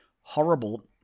horrible